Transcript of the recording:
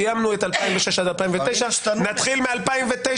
סיימנו את 2006 עד 2009. נתחיל מ-2009